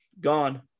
gone